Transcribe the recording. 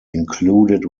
included